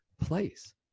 Place